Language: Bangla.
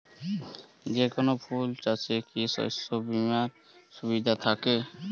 যেকোন ফুল চাষে কি শস্য বিমার সুবিধা থাকে?